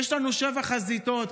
יש לנו שבע חזיתות,